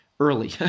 Early